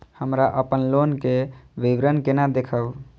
हमरा अपन लोन के विवरण केना देखब?